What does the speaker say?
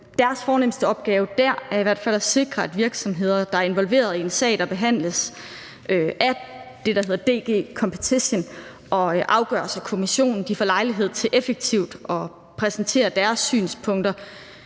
deres fornemste opgave dér er i hvert fald at sikre, at virksomheder, der er involveret i en sag, der behandles af det, der hedder DG Competition og afgøres af Kommissionen, får lejlighed til effektivt at præsentere deres synspunkter,